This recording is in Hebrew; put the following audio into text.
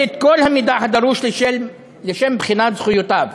את כל המידע הדרוש לשם בחינת זכויותיו,